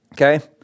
Okay